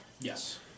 Yes